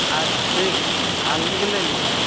अच्छा ठीक छै लिख लेलिए